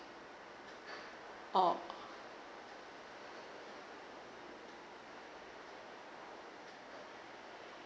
uh